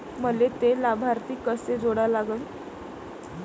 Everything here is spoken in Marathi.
मले थे लाभार्थी कसे जोडा लागन?